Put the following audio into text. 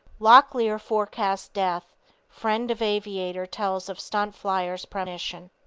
locklear forecast death friend of aviator tells of stunt-flyer's premonition.